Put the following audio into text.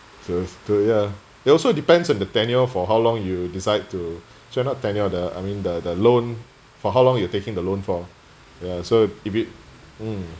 just to ya it also depends on the tenure for how long you decide to sure not tenure the I mean the the loan for how long you taking the loan for ya so if it hmm